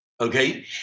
Okay